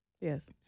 Yes